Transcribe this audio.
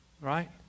Right